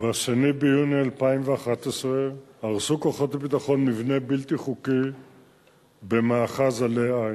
ב-2 ביוני 2011 הרסו כוחות הביטחון מבנה בלתי חוקי במאחז עלי-עין.